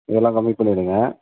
இதெல்லாம் கம்மி பண்ணிவிடுங்க